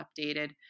updated